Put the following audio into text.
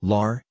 Lar